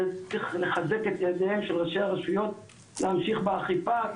צריך לחזק את ידיהם של ראשי הרשויות להמשיך באכיפה,